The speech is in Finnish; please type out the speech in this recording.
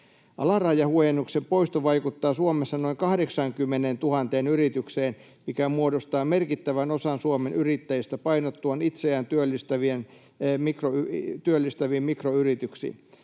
Alarajahuojennuksen poisto vaikuttaa Suomessa noin 80 000 yritykseen, mikä muodostaa merkittävän osan Suomen yrittäjistä painottuen itseään työllistäviin mikroyrityksiin.